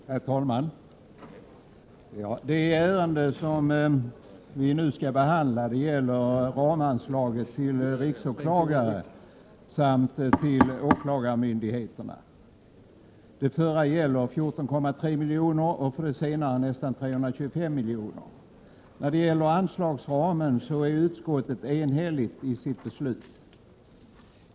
Herr talman! Det ärende som vi nu skall behandla gäller ramanslagen till riksåklagaren samt till åklagarmyndigheterna. Det förra beloppet är 14,3 milj.kr. och det senare nästan 325 milj.kr. Beträffande anslagsramen är utskottet enhälligt i sitt ställningstagande.